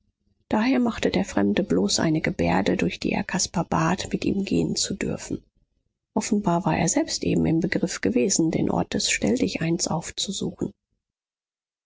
daher machte der fremde bloß eine gebärde durch die er caspar bat mit ihm gehen zu dürfen offenbar war er selbst eben im begriff gewesen den ort des stelldicheins aufzusuchen